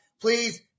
Please